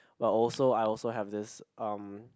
well also I also have this um